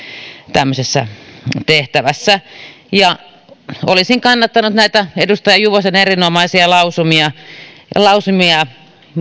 tämmöisessä tehtävässä olisin kannattanut näitä edustaja juvosen erinomaisia lausumia lausumia